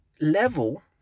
level